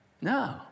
No